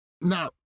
Now